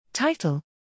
Title